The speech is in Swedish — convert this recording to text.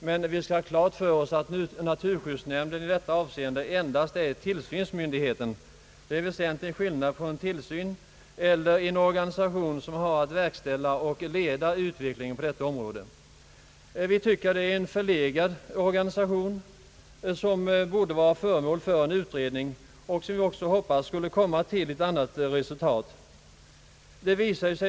Men vi skall ha klart för oss, att naturskyddsnämnden i detta avseende endast är tillsynsmyndighet. Det är en väsentlig skillnad på tillsyn och en organisation som har att verkställa och leda utvecklingen på detta område. Vi tycker att det är en förlegad organisation som borde bli föremål för utredning, vilken enligt vad vi hoppas skulle komma till ett annat resultat.